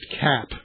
cap